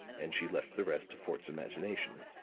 and she left the rest to fort's imagination.